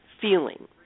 feeling